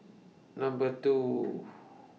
Number two